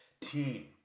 team